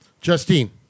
Justine